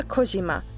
Kojima